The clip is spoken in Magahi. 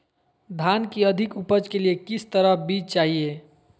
धान की अधिक उपज के लिए किस तरह बीज चाहिए?